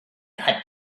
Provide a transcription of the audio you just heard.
had